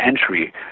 entry